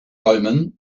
omen